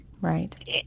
Right